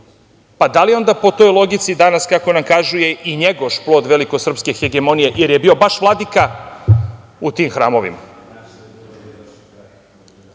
Da li onda po toj logici danas kako nam kažu, je i Njegoš plod veliko srpske hegemonije, jer je bio vaš vladika u tim hramovima.